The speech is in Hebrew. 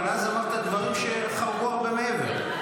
אבל אז אמרת דברים שחרגו הרבה מעבר.